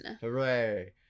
Hooray